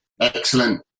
excellent